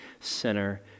sinner